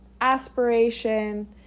aspiration